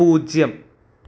പൂജ്യം